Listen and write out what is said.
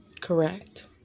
Correct